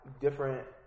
different